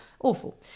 Awful